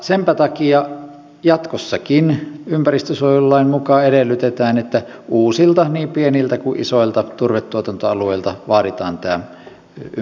senpä takia jatkossakin ympäristönsuojelulain mukaan edellytetään että uusilta niin pieniltä kuin isoilta turvetuotantoalueilta vaaditaan ympäristölupa